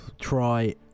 try